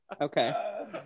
okay